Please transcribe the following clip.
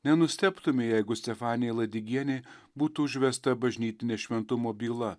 nenustebtumei jeigu stefanijai ladigienei būtų užvesta bažnytinė šventumo byla